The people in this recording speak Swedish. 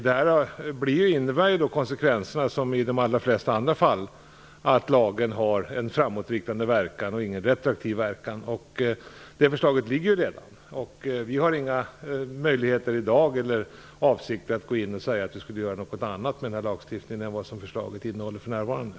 Det innebär att lagen, som i de allra flesta fall, har en framåtriktande och inte retroaktiv verkan. Förslaget har redan lagts fram. Vi har i dag inga möjligheter eller avsikter att göra något annat med denna lagstiftning än vad som föreslagits.